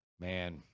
man